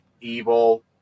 evil